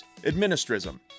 Administrism